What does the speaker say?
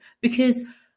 Because-